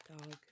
Dog